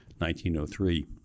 1903